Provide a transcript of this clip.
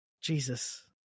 jesus